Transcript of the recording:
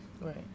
Right